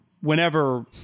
whenever